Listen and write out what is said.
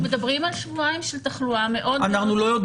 אנחנו מדברים על שבועיים של תחלואה מאוד מאוד --- סליחה,